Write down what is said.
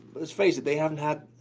let's face it, they haven't had,